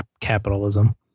Capitalism